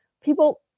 people